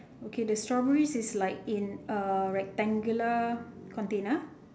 okay the strawberries is like in a rectangular container